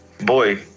Boy